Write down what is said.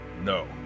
No